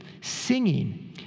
Singing